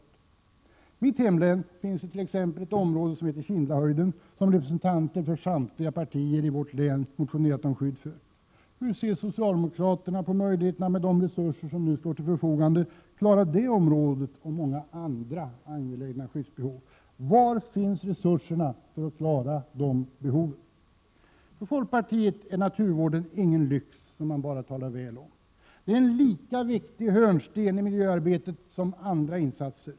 I mitt hemlän finns det t.ex. ett område som heter Kindlahöjden. Representanter för samtliga partier i länet har motionerat om skydd för detta område. Men hur ser socialdemokraterna på möjligheterna att med de resurser som nu står till förfogande klara det området plus många andra angelägna skyddsbehov? Var finns resurserna för de behoven? För oss i folkpartiet är naturvården ingen lyx som man bara talar väl om, utan den är en lika viktig hörnsten i miljöarbetet som andra insatser.